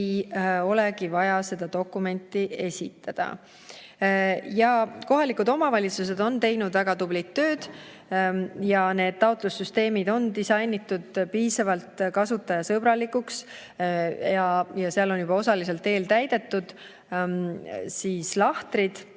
olegi vaja seda dokumenti esitada. Kohalikud omavalitsused on teinud väga tublit tööd. Need taotlussüsteemid on disainitud piisavalt kasutajasõbralikuks ja seal on juba osaliselt eeltäidetud lahtrid,